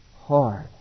hard